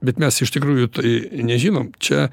bet mes iš tikrųjų tai nežinom čia